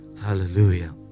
Hallelujah